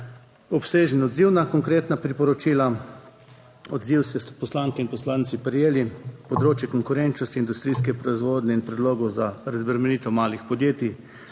obsežen odziv na konkretna priporočila. Odziv ste poslanke in poslanci prejeli. Področje konkurenčnosti industrijske proizvodnje in predlogov za razbremenitev malih podjetij,